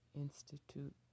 Institute